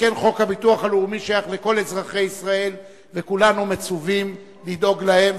שכן חוק הביטוח הלאומי שייך לכל אזרחי ישראל וכולנו מצווים לדאוג להם,